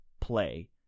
play